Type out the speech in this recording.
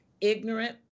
ignorant